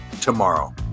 tomorrow